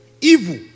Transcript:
evil